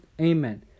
Amen